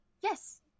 Yes